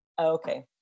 Okay